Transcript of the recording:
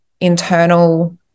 internal